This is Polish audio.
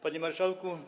Panie Marszałku!